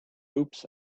oops